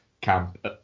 camp